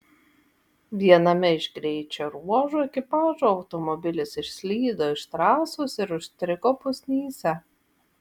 viename iš greičio ruožų ekipažo automobilis išslydo iš trasos ir užstrigo pusnyse